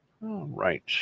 right